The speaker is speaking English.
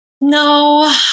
No